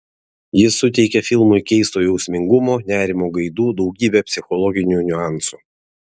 ji suteikia filmui keisto jausmingumo nerimo gaidų daugybę psichologinių niuansų